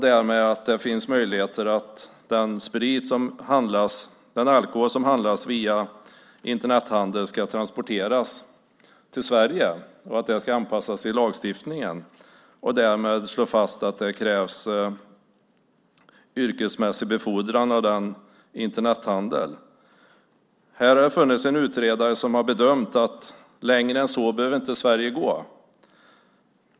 Därmed ska det finnas möjlighet att den alkohol som handlas via Internet ska transporteras till Sverige. Det ska anpassas i lagstiftningen. Därmed slås fast att det krävs yrkesmässig befordran. Här har det funnits en utredare som har bedömt att längre än så behöver Sverige inte gå.